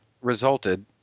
resulted